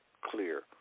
clear